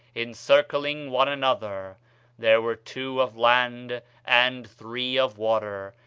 encircling one another there were two of land and three of water.